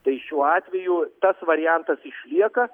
tai šiuo atveju tas variantas išlieka